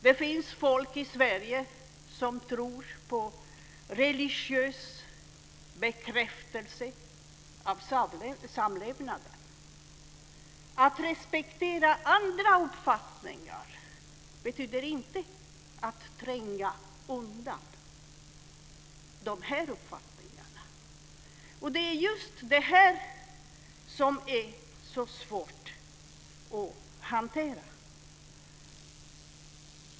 Det finns folk i Sverige som tror på religiös bekräftelse av samlevnaden. Att respektera andra uppfattningar betyder inte att tränga undan de här uppfattningarna. Det är just det som är så svårt att hantera.